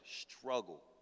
struggle